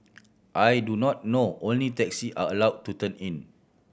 I do not know only taxis are allow to turn in